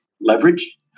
leverage